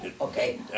Okay